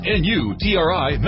n-u-t-r-i